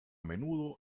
menudo